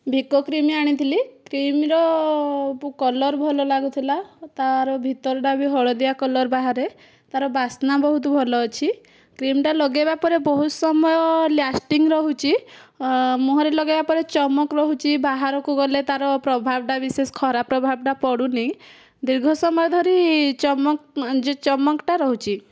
Vicco cream ଆଣିଥିଲି କ୍ରିମର colour ଭଲ ଲାଗୁଥିଲା ତାର ଭିତରଟା ବି ହଳଦିଆ କଲର ବାହାରେ ତାର ବାସ୍ନା ବହୁତ ଭଲ ଅଛି କ୍ରିମଟା ଲଗେଇବା ପରେ ବହୁ ସମୟ ଲାସ୍ଟିଂ ରହୁଛି ମୁହଁରେ ଲଗେଇବା ପରେ ଚମକ ରହୁଛି ବାହାରକୁ ଗଲେ ତାର ପ୍ରଭାବଟା ବିଶେଷ ଖରାପ ପ୍ରଭାବଟା ପଡ଼ୁନି ଦୀର୍ଘ ସମୟ ଧରି ଚମକଟା ରହୁଛି